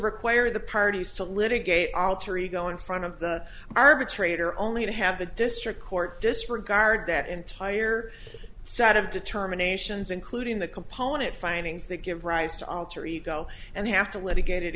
require the parties to litigate alter ego in front of the arbitrator only to have the district court disregard that entire set of determinations including the component findings that give rise to alter ego and have to litigate it